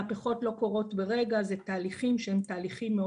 מהפיכות לא קורות ברגע, זה תהליכים מאוד